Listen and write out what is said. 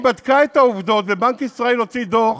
היא בדקה את העובדות, ובנק ישראל הוציא דוח